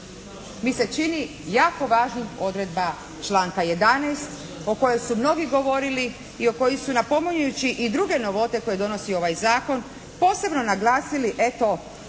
mi se čini jako važna odredba članka 11. o kojoj su mnogi govorili i o kojoj su napominjući i druge novote koje donosi ovaj zakon posebno naglasili eto